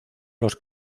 los